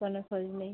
কোনো খোঁজ নেই